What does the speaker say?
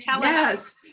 Yes